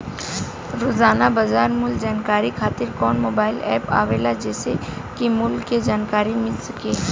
रोजाना बाजार मूल्य जानकारी खातीर कवन मोबाइल ऐप आवेला जेसे के मूल्य क जानकारी मिल सके?